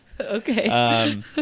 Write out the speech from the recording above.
Okay